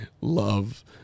love